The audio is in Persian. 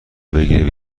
بگیره